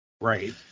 Right